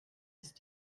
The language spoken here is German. ist